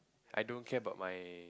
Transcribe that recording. I don't care about my